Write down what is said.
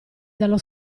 dallo